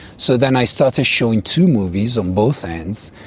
so then i started showing two movies on both ends,